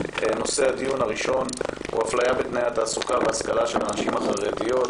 נושא הדיון הראשון הוא אפליה בתנאי תעסוקה והשכלה של הנשים החרדיות,